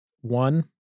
One